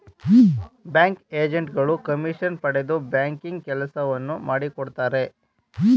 bank agent ಗಳು commission ಪಡೆದು banking ಕೆಲಸಗಳನ್ನು ಮಾಡಿಕೊಡುತ್ತಾರೆ